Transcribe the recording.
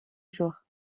jours